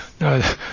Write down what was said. No